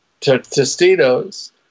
Tostitos